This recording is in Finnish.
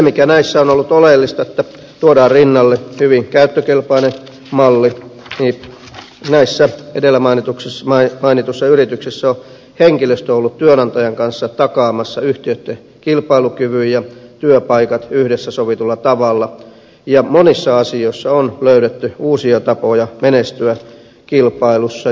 kun näissä on oleellista että tuodaan rinnalle hyvin käyttökelpoinen malli niin näissä edellä mainituissa yrityksissä on henkilöstö ollut työnantajan kanssa takaamassa yhtiöitten kilpailukyvyn ja työpaikat yhdessä sovitulla tavalla ja monissa asioissa on löydetty uusia tapoja menestyä kilpailussa